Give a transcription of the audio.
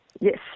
Yes